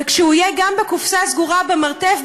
וגם אם הוא יהיה בקופסה סגורה במרתף,